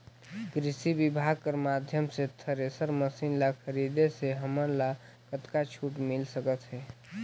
कृषि विभाग कर माध्यम से थरेसर मशीन ला खरीदे से हमन ला कतका छूट मिल सकत हे?